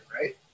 right